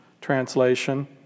translation